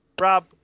Rob